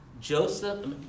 Joseph